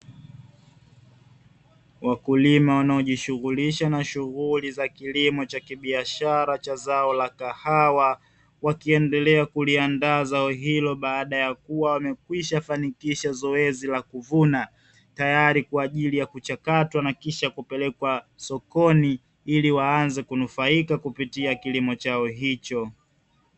Wakulima wanaojishughulisha na shughuli za kilimo cha kibiashara cha zao la kahawa, wakiendelea kuliandaa zao hilo baada ya kuwa wamekwisha fanikisha zoezi la kuvuna, tayari kwa ajili ya kuchakatwa na kisha kupelekwa sokoni, ili waanze kunufaika kupitia kilimo chao hicho.